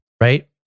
Right